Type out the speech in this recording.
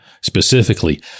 specifically